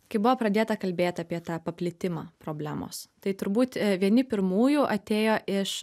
kai buvo pradėta kalbėt apie tą paplitimą problemos tai turbūt vieni pirmųjų atėjo iš